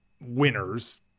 winners